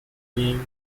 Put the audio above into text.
being